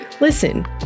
listen